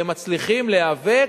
והם מצליחים להיאבק,